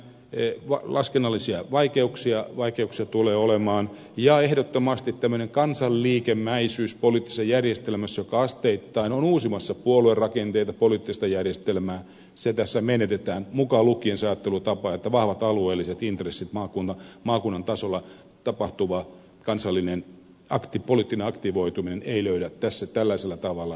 epäselvään järjestelmään laskennallisia vaikeuksia tulee olemaan ja ehdottomasti tämmöinen kansanliikemäisyys poliittisessa järjestelmässä joka asteittain on uusimassa puoluerakenteita poliittista järjestelmää se tässä menetetään mukaan lukien se ajattelutapa että vahvat alueelliset intressit maakunnan tasolla tapahtuva kansallinen poliittinen aktivoituminen ei löydä tässä tällaisella tavalla ilmaisutilaansa